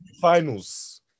Finals